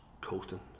coasting